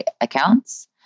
accounts